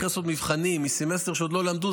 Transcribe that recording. להתחיל לעשות מבחנים מסמסטר שהם עוד לא למדו,